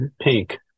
pink